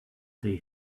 they